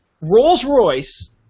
Rolls-Royce